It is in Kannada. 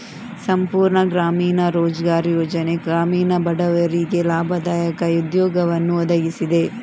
ಸಂಪೂರ್ಣ ಗ್ರಾಮೀಣ ರೋಜ್ಗಾರ್ ಯೋಜನೆ ಗ್ರಾಮೀಣ ಬಡವರಿಗೆ ಲಾಭದಾಯಕ ಉದ್ಯೋಗವನ್ನು ಒದಗಿಸಿದೆ